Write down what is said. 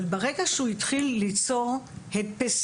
ברגע שהוא התחיל למצוא הדפסים,